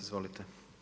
Izvolite.